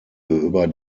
über